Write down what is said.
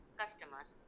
customers